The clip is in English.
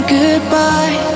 goodbye